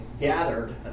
gathered